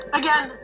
again